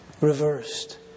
reversed